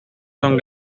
son